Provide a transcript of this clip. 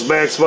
Max